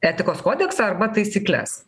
etikos kodeksą arba taisykles